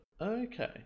okay